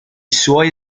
suoi